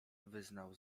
wyznał